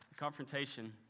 confrontation